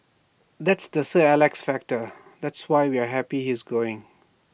that's the sir Alex factor that's why we're happy he's going